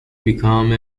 become